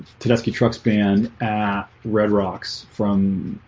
tedeschi trucks band red rocks from